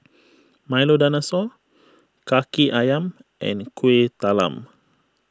Milo Dinosaur Kaki Ayam and Kuih Talam